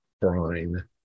brine